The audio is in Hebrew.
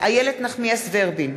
איילת נחמיאס ורבין,